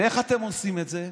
ואיך אתם עושים את זה?